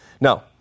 Now